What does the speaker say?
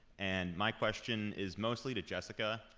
and my question is mostly to jessica,